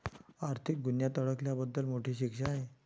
आर्थिक गुन्ह्यात अडकल्याबद्दल मोठी शिक्षा आहे